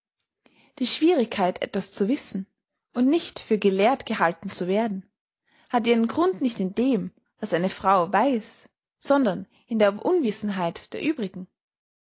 die schwierigkeit etwas zu wissen und nicht für gelehrt gehalten zu werden hat ihren grund nicht in dem was eine frau weiß sondern in der unwissenheit der uebrigen